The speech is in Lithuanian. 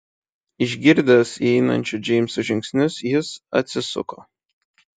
išgirdęs įeinančio džeimso žingsnius jis atsisuko